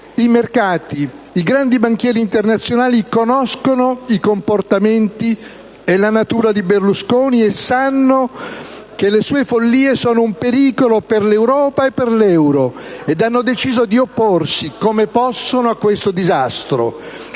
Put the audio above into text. i mercati, i grandi banchieri internazionali conoscono i comportamenti e la natura di Berlusconi e sanno che le sue follie sono un pericolo per l'Europa e per l'euro, e hanno deciso di opporsi come possono a questo disastro.